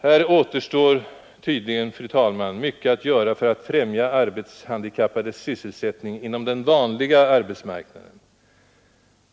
Här återstår tydligen, fru talman, mycket att göra för att främja arbetshandikappades sysselsättning inom den vanliga arbetsmarknaden.